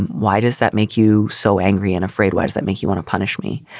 why does that make you so angry and afraid? why does that make you want to punish me?